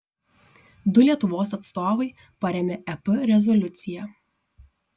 du lietuvos atstovai parėmė ep rezoliuciją